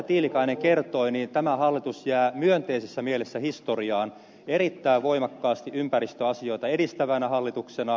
tiilikainen kertoi tämä hallitus jää myönteisessä mielessä historiaan erittäin voimakkaasti ympäristöasioita edistävänä hallituksena